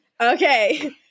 Okay